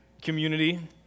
Community